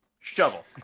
Shovel